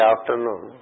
afternoon